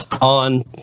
on